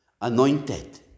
anointed